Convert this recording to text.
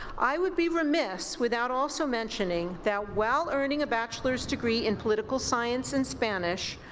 i would be remiss without also mentioning that while earning a bachelor's degree in political science and spanish,